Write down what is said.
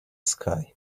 sky